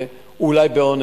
אולי באונס.